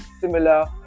similar